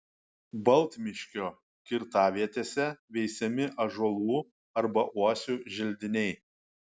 baltmiškio kirtavietėse veisiami ąžuolų arba uosių želdiniai